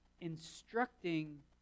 instructing